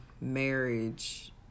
marriage